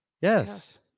Yes